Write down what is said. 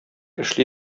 эшли